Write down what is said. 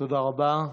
תודה רבה.